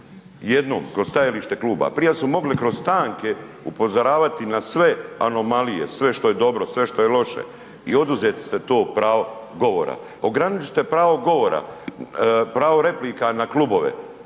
Jednom, kroz stajalište kluba. Prije su mogli kroz stanke upozoravati na sve anomalije, sve što je dobro sve što je loše i oduzeli ste to pravo govora. Ograničite pravo govora, pravo replika na klubova,